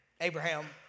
Abraham